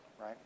right